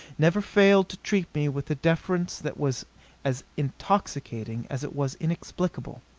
never failed to treat me with a deference that was as intoxicating as it was inexplicable.